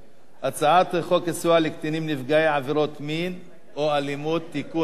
הצעת חוק סיוע לקטינים נפגעי עבירות מין או אלימות (תיקון מס'